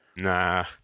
Nah